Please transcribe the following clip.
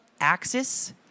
axis